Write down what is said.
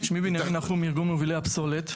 שמי בנימין נחום מארגון מובילי הפסולת.